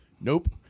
nope